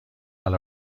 علی